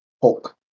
Hulk